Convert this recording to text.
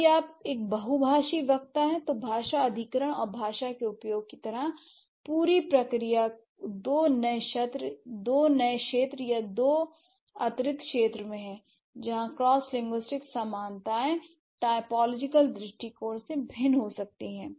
यदि आप एक बहुभाषी वक्ता हैं तो भाषा अधिग्रहण और भाषा के उपयोग की यह पूरी प्रक्रिया दो नए क्षेत्र या दो अतिरिक्त क्षेत्र में हैं जहां क्रॉस लिंग्विस्टिक्स समानताएं टाइपोलॉजिकल दृष्टिकोण से भिन्न हो सकती हैं